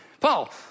Paul